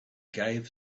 gave